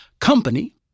Company